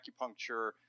acupuncture